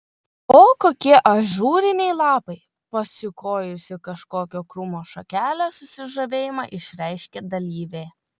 o kokie ažūriniai lapai pasukiojusi kažkokio krūmo šakelę susižavėjimą išreiškė dalyvė